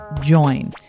join